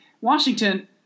Washington –